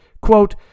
quote